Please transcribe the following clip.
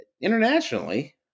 internationally